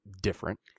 different